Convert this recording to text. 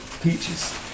Peaches